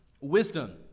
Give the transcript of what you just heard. wisdom